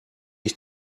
ich